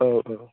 औ औ